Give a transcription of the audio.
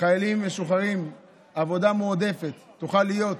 חיילים משוחררים: עבודה מועדפת תוכל להיות